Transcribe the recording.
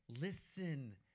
Listen